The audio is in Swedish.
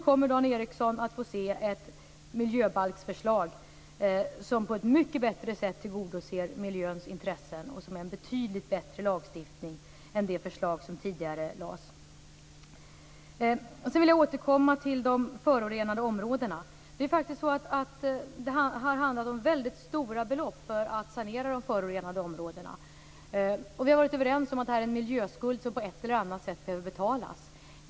Nu kommer Dan Ericsson att få se ett miljöbalksförslag som på ett mycket bättre sätt tillgodoser miljöns intressen och som innebär en betydligt bättre lagstiftning än det förslag som tidigare lades fram. Sedan vill jag återkomma till frågan om de förorenade områdena. Det har handlat om väldigt stora belopp för att sanera dessa. Vi har varit överens om att detta är en miljöskuld som på ett eller annat sätt behöver betalas.